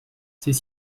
c’est